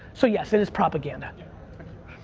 so, yes, it is propaganda.